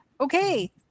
okay